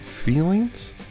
feelings